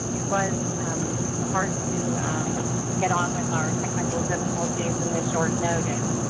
it was hard to get on with our technical and difficulties and the short notice,